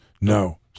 no